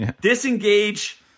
disengage